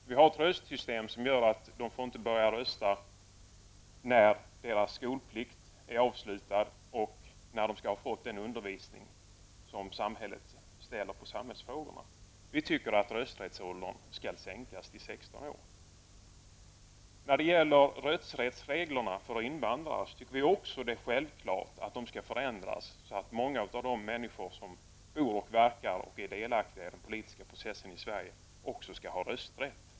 Vi har ett rösträttssystem som gör att de inte får börja rösta när deras skolplikt är avslutad och de skall ha fått en undervisning som ges i samhällsfrågor. Vi tycker att rösträttsåldern skall sänkas till 16 år. Rösträttsregler för invandrarnas rösträtt tycker vi självfallet skall ändras så, att många av de människor som bor i Sverige, verkar och är delaktiga i den politiska processen i Sverige skall ha rösträtt.